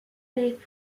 les